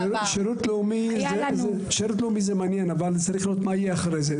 שירות לאומי זה מעניין אבל צריך לראות מה יהיה אחרי זה,